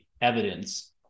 evidence